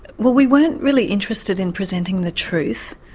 well, we weren't really interested in presenting the truth,